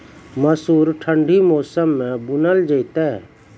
मसूर ठंडी मौसम मे बूनल जेतै?